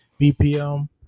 bpm